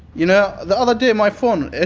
you know the other day my phone,